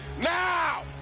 Now